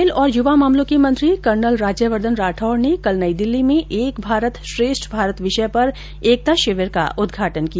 खेल और युवा मामलों के मंत्री कर्नल राज्यवर्धन राठौड़ ने कल नई दिल्ली में एक भारत श्रेष्ठ भारत विषय पर एकता शिविर का उद्घाटन किया